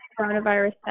coronavirus